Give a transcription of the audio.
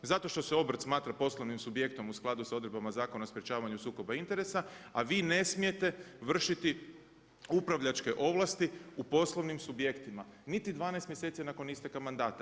Zato što se obrt smatra poslovnim subjektom u skladu sa odredbama Zakona o sprječavanju sukoba interesa a vi ne smijete vršiti upravljačke ovlasti u poslovnim subjektima niti 12 mjeseci nakon isteka mandata.